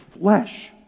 flesh